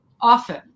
often